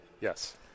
Yes